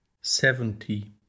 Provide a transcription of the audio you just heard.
seventy